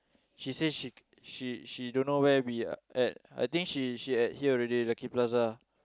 she say she she she don't know where we are at I think she she at here already Lucky-Plaza